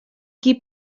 qui